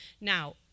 Now